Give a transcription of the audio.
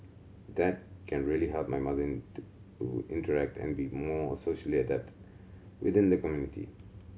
that can really help my mother to to interact and be more socially adept within the community